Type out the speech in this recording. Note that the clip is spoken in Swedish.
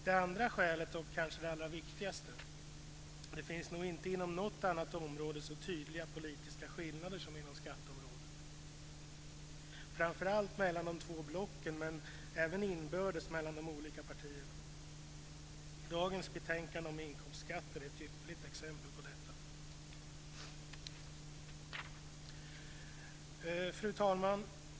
Det andra skälet är kanske det allra viktigaste: Det finns nog inte inom något annat område så tydliga politiska skillnader som inom skatteområdet, framför allt mellan de två blocken men även inbördes mellan de olika partierna. Dagens betänkande om inkomstskatter är ett ypperligt exempel på detta. Fru talman!